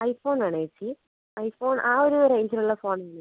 I phone ആണോ ചേച്ചി iPhone ആ ഒരു റേഞ്ചിലുള്ള ഫോൺ മതിയോ